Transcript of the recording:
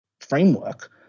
framework